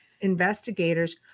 investigators